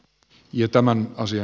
ja tämä asia